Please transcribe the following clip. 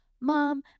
Mom